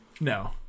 No